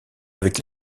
avec